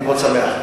אני מאוד שמח,